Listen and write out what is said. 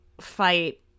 fight